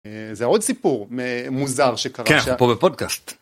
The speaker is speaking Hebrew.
זה עוד סיפור מוזר שקרה פה. כי אנחנו פה בפודקאסט.